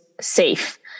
safe